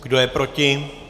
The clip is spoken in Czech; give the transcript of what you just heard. Kdo je proti?